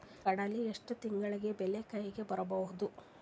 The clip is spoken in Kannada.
ಕಡಲಿ ಎಷ್ಟು ತಿಂಗಳಿಗೆ ಬೆಳೆ ಕೈಗೆ ಬರಬಹುದು?